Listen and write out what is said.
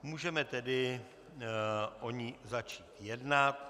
Můžeme tedy o ní začít jednat.